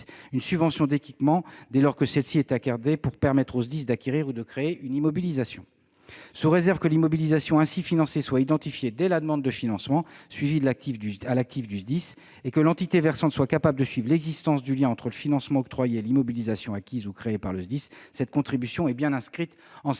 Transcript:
une subvention d'équipement dès lors que celle-ci est accordée pour lui permettre d'acquérir ou de créer une immobilisation. Sous réserve que l'immobilisation ainsi financée soit identifiée dès la demande de financement, suivie à l'actif du SDIS et que l'entité versante soit capable de suivre l'existence du lien entre le financement octroyé et l'immobilisation acquise ou créée par le SDIS, cette contribution est bien inscrite en section